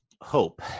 hope